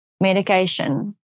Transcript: Medication